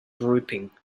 grouping